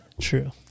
True